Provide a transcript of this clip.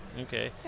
Okay